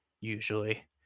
Usually